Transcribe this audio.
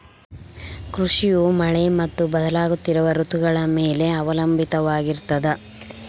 ಕೃಷಿಯು ಮಳೆ ಮತ್ತು ಬದಲಾಗುತ್ತಿರೋ ಋತುಗಳ ಮ್ಯಾಲೆ ಅವಲಂಬಿತವಾಗಿರ್ತದ